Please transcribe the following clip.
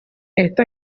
esta